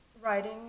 writing